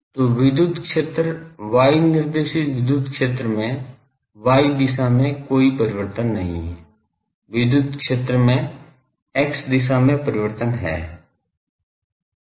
तो विद्युत क्षेत्र y निर्देशित विद्युत क्षेत्र में y दिशा में कोई परिवर्तन नहीं है विद्युत क्षेत्र में x दिशा में परिवर्तन है